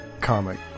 comic